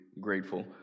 grateful